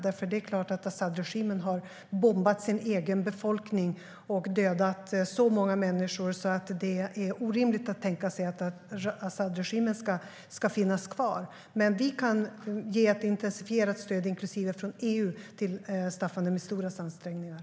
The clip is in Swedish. Det står klart att Asadregimen har bombat sin egen befolkning och dödat så många människor att det är orimligt att tänka sig att Asadregimen ska finnas kvar. Vi kan ge ett intensifierat stöd, inklusive från EU, till Staffan de Misturas ansträngningar.